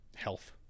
health